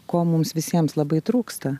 ko mums visiems labai trūksta